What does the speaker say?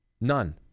None